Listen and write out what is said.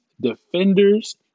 defenders